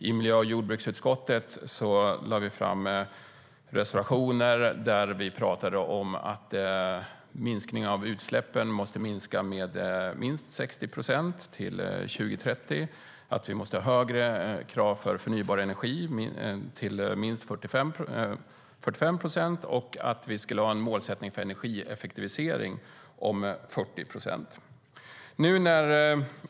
I miljö och jordbruksutskottet lade vi fram reservationer om att utsläppen måste minska med minst 60 procent till 2030, att vi måste höja kravet på förnybar energi till minst 45 procent och att vi skulle ha en målsättning för energieffektivisering på 40 procent.